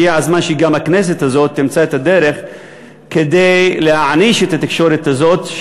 הגיע הזמן שגם הכנסת הזאת תמצא את הדרך להעניש את התקשורת הזאת,